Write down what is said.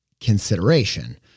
consideration